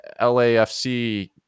LAFC